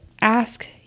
ask